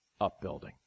upbuilding